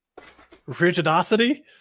Rigidosity